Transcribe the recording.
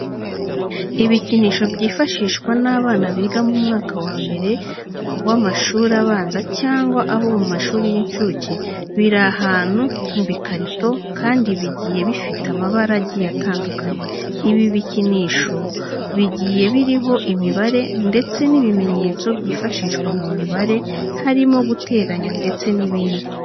Ibikinisho byifashishwa n'abana biga mu mwaka wa mbere w'amashuri abanza cyangwa abo mu mashuri y'inshuke biri ahantu mu bikarito kandi bigiye bifite amabara agiye atandukanye. Ibi bikinisho bigiye biriho imibare ndetse n'ibimenyetso byifashishwa mu mibare harimo guteranya ndetse n'ibindi.